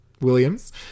Williams